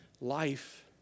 life